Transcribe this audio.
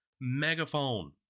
Megaphone